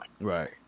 Right